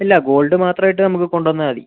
ഇല്ല ഗോൾഡ് മാത്രം ആയിട്ട് നമുക്ക് കൊണ്ടുവന്നാൽ മതി